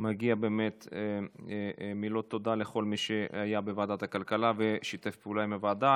מגיעות מילות תודה לכל מי שהיה בוועדת הכלכלה ושיתף פעולה עם הוועדה.